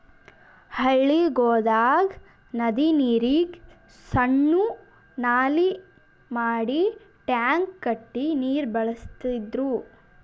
ಹಳ್ಳಿಗೊಳ್ದಾಗ್ ನದಿ ನೀರಿಗ್ ಸಣ್ಣು ನಾಲಿ ಮಾಡಿ ಟ್ಯಾಂಕ್ ಕಟ್ಟಿ ನೀರ್ ಬಳಸ್ತಿದ್ರು